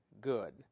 good